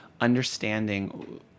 understanding